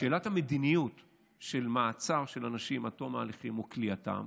שאלת המדיניות של מעצר אנשים עד תום ההליכים וכליאתם